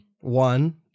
one